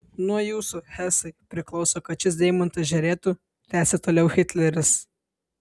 nuo jūsų hesai priklauso kad šis deimantas žėrėtų tęsė toliau hitleris